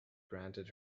granted